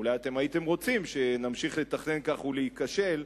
אולי אתם הייתם רוצים שנמשיך לתכנן כך ולהיכשל,